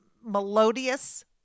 melodious